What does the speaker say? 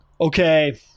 Okay